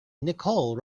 nicole